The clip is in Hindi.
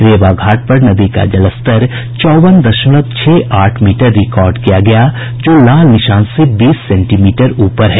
रेवाघाट पर नदी का जलस्तर चौवन दशमलव छह आठ मीटर रिकॉर्ड किया गया जो लाल निशान से बीस सेंटीमीटर ऊपर है